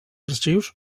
arxius